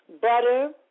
butter